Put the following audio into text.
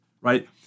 Right